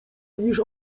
niż